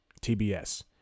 TBS